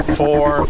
four